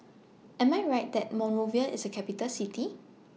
Am I Right that Monrovia IS A Capital City